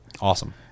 Awesome